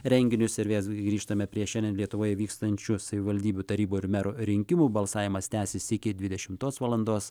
renginius ir vėl grįžtame prie šiandien lietuvoje vykstančių savivaldybių tarybų ir merų rinkimų balsavimas tęsis iki dvidešimtos valandos